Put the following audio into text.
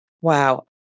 Wow